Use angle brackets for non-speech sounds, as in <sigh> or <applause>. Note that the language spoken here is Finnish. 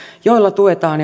joilla tuetaan <unintelligible>